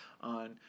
on